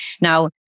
Now